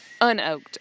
Unoaked